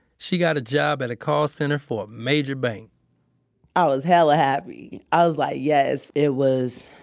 she got a job at a call center for a major bank i was hella happy. i was like, yes. it was,